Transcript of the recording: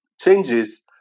changes